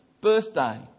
birthday